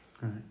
Right